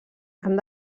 han